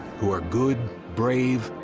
who are good, brave,